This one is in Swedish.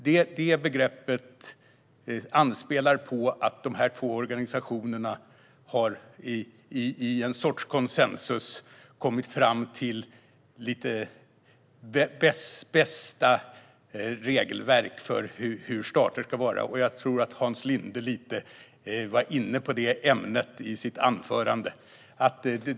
Det begreppet anspelar på ett bästa regelverk för stater som de två organisationerna har kommit fram till i en sorts konsensus. Jag tror att Hans Linde var inne lite på det ämnet i sitt anförande.